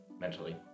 mentally